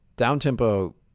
down-tempo